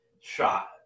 shot